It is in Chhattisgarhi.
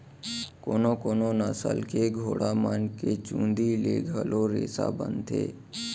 कोनो कोनो नसल के घोड़ा मन के चूंदी ले घलोक रेसा बनथे